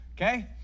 okay